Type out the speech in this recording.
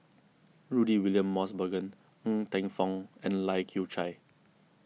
Rudy William Mosbergen Ng Teng Fong and Lai Kew Chai